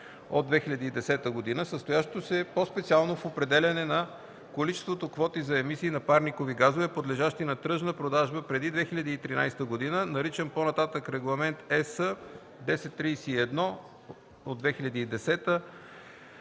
1031/2010, състоящо се по-специално в определяне на количеството квоти за емисии на парникови газове, подлежащи на тръжна продажба преди 2013 г., наричан по-нататък „Регламент (ЕС) № 1031/2010”